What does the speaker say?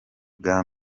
bwa